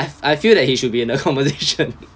I feel that he should be in the conversation